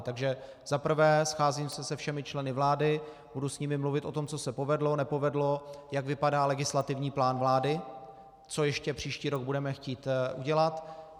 Takže za prvé, scházím se všemi členy vlády, budu s nimi mluvit o tom, co se povedlo, nepovedlo, jak vypadá legislativní plán vlády, co ještě příští rok budeme chtít udělat.